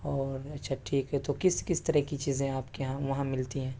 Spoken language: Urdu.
اوہ اچھا ٹھیک ہے تو کس کس طرح کی چیزیں آپ کے یہاں وہاں ملتی ہیں